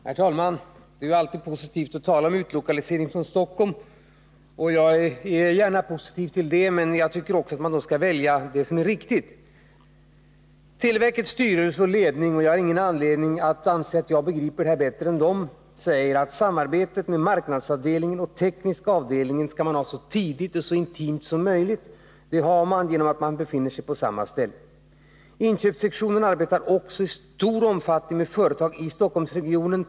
Herr talman! Det är ju alltid positivt att tala om utlokalisering från Stockholm. Jag är gärna med på detta, men jag tycker att man då skall välja det som är lämpligt. Televerkets styrelse och ledning, och jag har ingen anledning att anse att jag begriper det här bättre än de, säger att samarbetet med marknadsavdelningen och tekniska avdelningen skall ske på ett så tidigt stadium som möjligt och vara så intimt som möjligt, och detta möjliggörs om man befinner sig på samma ställe. Inköpssektionen arbetar också i stor omfattning med företag i Stockholmsregionen.